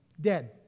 dead